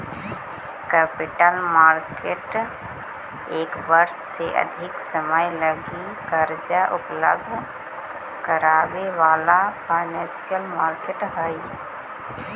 capital market एक वर्ष से अधिक समय लगी कर्जा उपलब्ध करावे वाला फाइनेंशियल मार्केट हई